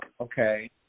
okay